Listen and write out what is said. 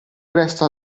presto